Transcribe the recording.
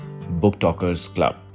BooktalkersClub